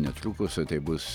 netrukus tai bus